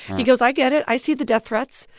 because i get it. i see the death threats.